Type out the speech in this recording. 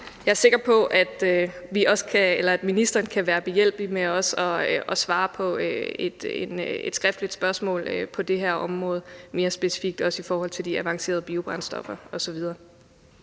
Jeg er sikker på, at ministeren kan være behjælpelig med også at svare på et skriftligt spørgsmål på det her område mere specifikt, også i forhold til de avancerede biobrændstoffer osv.